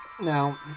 Now